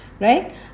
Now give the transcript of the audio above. right